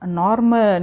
normal